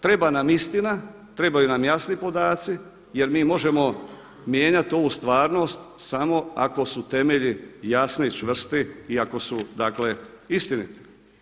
Treba nam istina, trebaju nam jasni podaci jer mi možemo mijenjati ovu stvarnost samo ako su temelji jasni i čvrsti i ako su dakle istiniti.